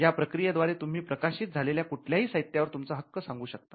या प्रक्रिये द्वारे तुम्ही प्रकाशित झालेल्या कुठल्याही साहित्यावर तुमचा हक्क सांगू शकतात